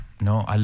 No